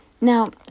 Now